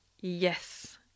Yes